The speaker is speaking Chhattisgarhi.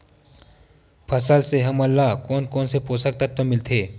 फसल से हमन ला कोन कोन से पोषक तत्व मिलथे?